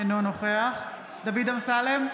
אינו נוכח דוד אמסלם,